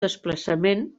desplaçament